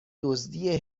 دزدی